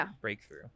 breakthrough